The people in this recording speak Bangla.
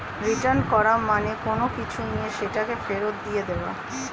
রিটার্ন করা মানে কোনো কিছু নিয়ে সেটাকে ফেরত দিয়ে দেওয়া